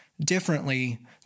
differently